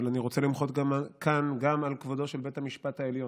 אבל אני רוצה למחות כאן גם על כבודו של בית המשפט העליון,